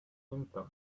symptoms